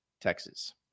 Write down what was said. Texas